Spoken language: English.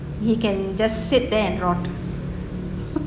he can just sit there and rot